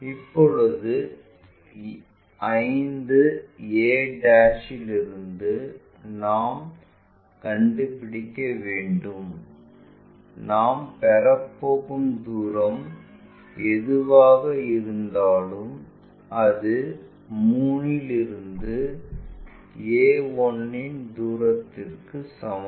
இப்போது 5 a இலிருந்து நாம் கண்டுபிடிக்க வேண்டும் நாம் பெறப் போகும் தூரம் எதுவாக இருந்தாலும் அது 3 இல் இருந்து a1 இன் தூரத்திற்கு சமம்